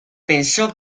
pensó